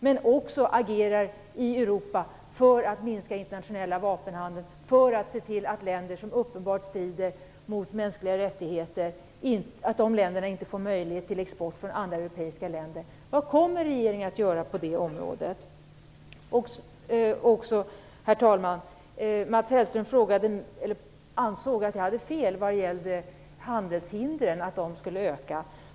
Man skall också agera i Europa för att minska den internationella vapenhandeln, så att länder som uppenbart strider mot mänskliga rättigheter inte får möjligheter att importera från andra europeiska länder. Vad kommer regeringen att göra på det området? Herr talman! Mats Hellström ansåg att jag hade fel när jag sade att handelshindren skulle öka.